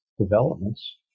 developments